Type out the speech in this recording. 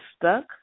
stuck